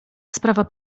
sprawa